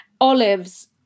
Olives